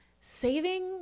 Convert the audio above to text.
Saving